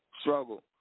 struggle